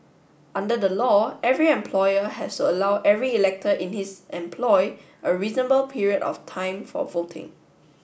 under the law every employer has to allow every elector in his employ a reasonable period of time for voting